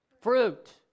Fruit